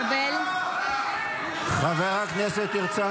נוכח --- חברת הכנסת פנינה תמנו שטה,